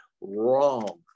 wrong